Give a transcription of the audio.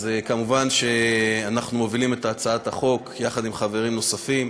מובן שאנחנו מובילים את הצעת החוק יחד עם חברים נוספים.